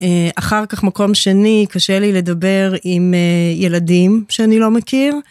אחר כך מקום שני, קשה לי לדבר עם ילדים שאני לא מכיר.